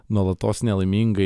nuolatos nelaimingai